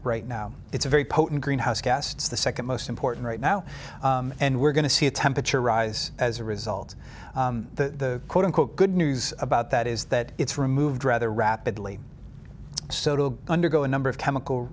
right now it's a very potent greenhouse gas it's the second most important right now and we're going to see a temperature rise as a result the quote unquote good news about that is that it's removed rather rapidly so to undergo a number of chemical